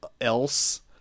else